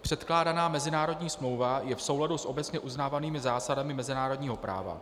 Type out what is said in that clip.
Předkládaná mezinárodní smlouva je v souladu s obecně uznávanými zásadami mezinárodního práva.